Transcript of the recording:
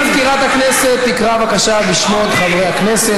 גברתי מזכירת הכנסת תקרא בבקשה בשמות חברי הכנסת.